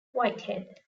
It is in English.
whitehead